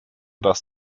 dass